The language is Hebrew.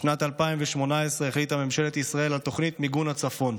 בשנת 2018 החליטה ממשלת ישראל על תוכנית מיגון הצפון,